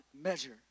measure